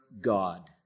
God